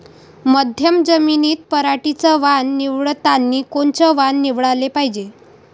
मध्यम जमीनीत पराटीचं वान निवडतानी कोनचं वान निवडाले पायजे?